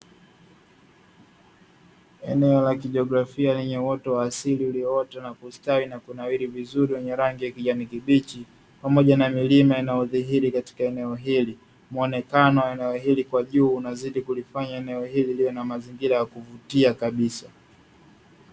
Eneo la kijiografia lenye uoto wa asili ulioota na kustawi na kunawiri vizuri wenye rangi ya kijani kibichi, pamoja na milima inayodhihiri katika eneo hili. Muonekano wa eneo hili kwa juu unazidi kulifanya eneo hili liwe na mazingira ya kuvutia kabisa.